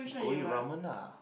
go eat ramen lah